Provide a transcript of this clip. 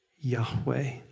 Yahweh